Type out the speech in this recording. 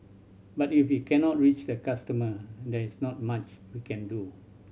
but if we cannot reach the customer there is not much we can do